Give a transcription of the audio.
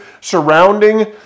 surrounding